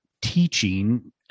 teaching